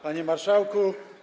Panie Marszałku!